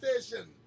station